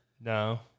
No